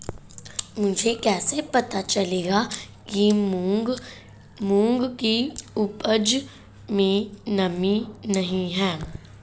मुझे कैसे पता चलेगा कि मूंग की उपज में नमी नहीं है?